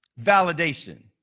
validation